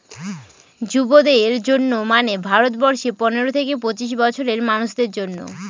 যুবদের জন্য মানে ভারত বর্ষে পনেরো থেকে পঁচিশ বছরের মানুষদের জন্য